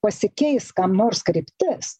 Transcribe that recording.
pasikeis kam nors kryptis